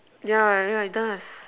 yeah yeah it does